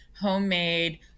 homemade